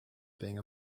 being